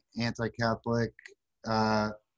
anti-Catholic